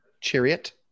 Chariot